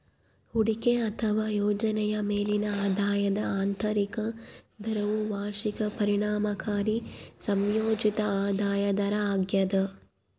ಹೂಡಿಕೆ ಅಥವಾ ಯೋಜನೆಯ ಮೇಲಿನ ಆದಾಯದ ಆಂತರಿಕ ದರವು ವಾರ್ಷಿಕ ಪರಿಣಾಮಕಾರಿ ಸಂಯೋಜಿತ ಆದಾಯ ದರ ಆಗ್ಯದ